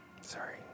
Sorry